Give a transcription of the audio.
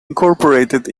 incorporated